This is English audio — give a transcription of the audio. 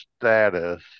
status